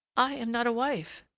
i am not a wife,